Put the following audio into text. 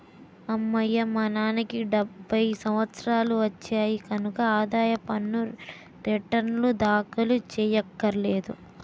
అమ్మయ్యా మా నాన్నకి డెబ్భై సంవత్సరాలు వచ్చాయి కనక ఆదాయ పన్ను రేటర్నులు దాఖలు చెయ్యక్కర్లేదు